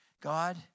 God